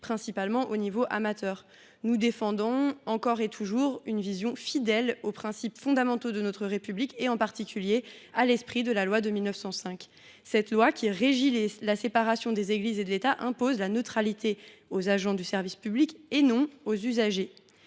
principalement au niveau amateur. Nous défendons encore et toujours une vision fidèle aux principes fondamentaux de notre République et, plus particulièrement, à l’esprit de la loi de 1905. Cette loi, qui régit la séparation des Églises et de l’État, impose un principe de neutralité aux agents du service public et non à ses usagers.